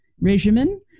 regimen